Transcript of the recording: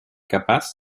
capaz